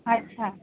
अच्छा